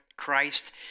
Christ